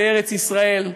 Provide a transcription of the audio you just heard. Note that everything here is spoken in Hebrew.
בארץ-ישראל,